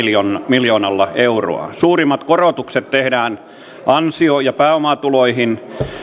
miljoonalla eurolla suurimmat korotukset tehdään ansio ja pääomatuloihin